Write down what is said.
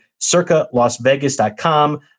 circalasvegas.com